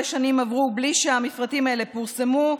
שנים עברו בלי שהמפרטים האלה פורסמו,